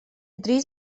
drīz